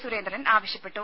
സുരേന്ദ്രൻ ആവശ്യപ്പെട്ടു